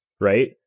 right